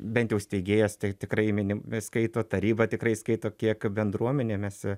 bent jau steigėjas tai tikrai mini skaito taryba tikrai skaito kiek bendruomenė mes